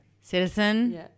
Citizen